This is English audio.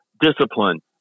discipline